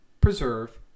preserve